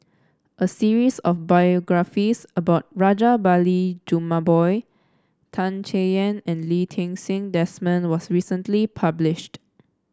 a series of biographies about Rajabali Jumabhoy Tan Chay Yan and Lee Ti Seng Desmond was recently published